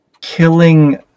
killing